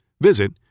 visit